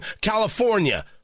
California